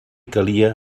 calia